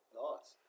nice